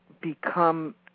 become